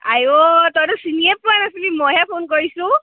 আইও তইতো চিনিয়ে পোৱা নাছিলি মইহে ফোন কৰিছোঁ